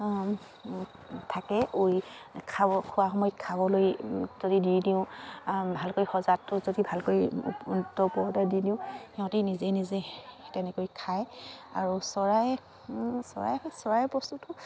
থাকে খাব খোৱা সময়ত খাবলৈ যদি দি দিওঁ ভালকৈ সজাটো যদি ভালকৈ ওপৰতে দি দিওঁ সিহঁতেই নিজে নিজে তেনেকৈ খায় আৰু চৰাই বস্তুটো